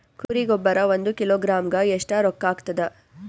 ಕುರಿ ಗೊಬ್ಬರ ಒಂದು ಕಿಲೋಗ್ರಾಂ ಗ ಎಷ್ಟ ರೂಕ್ಕಾಗ್ತದ?